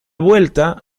vuelta